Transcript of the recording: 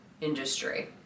industry